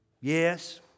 Yes